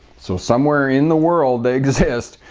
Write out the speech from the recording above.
so somewhere in the world they exist,